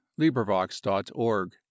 LibriVox.org